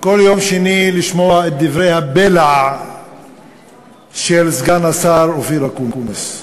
כל יום שני לשמוע את דברי הבלע של סגן השר אופיר אקוניס,